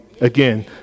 Again